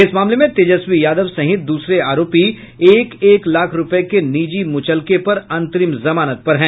इस मामले में तेजस्वी यादव सहित दूसरे आरोपी एक एक लाख रूपये के निजी मुचलके पर अंतरिम जमानत पर है